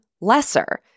lesser